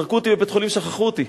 זרקו אותי בבית-חולים, שכחו אותי,